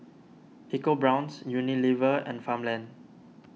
EcoBrown's Unilever and Farmland